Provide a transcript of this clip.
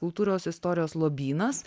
kultūros istorijos lobynas